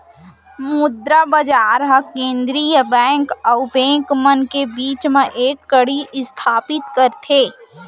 मुद्रा बजार ह केंद्रीय बेंक अउ बेंक मन के बीच म एक कड़ी इस्थापित करथे